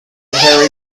harry